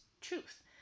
truth